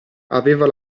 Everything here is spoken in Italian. aveva